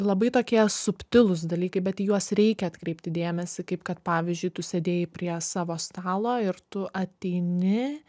labai tokie subtilūs dalykai bet į juos reikia atkreipti dėmesį kaip ka pavyzdžiui tu sėdėjai prie savo stalo ir tu ateini